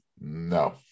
no